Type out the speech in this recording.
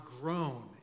grown